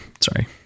Sorry